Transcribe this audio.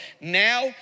Now